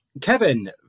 Kevin